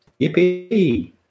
Yippee